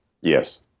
Yes